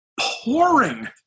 pouring